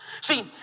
See